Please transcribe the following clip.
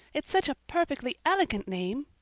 it's such a perfectly elegant name.